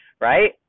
right